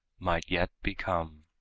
might yet become.